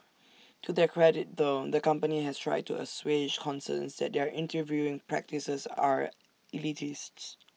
to their credit though the company has tried to assuage concerns that their interviewing practices are elitists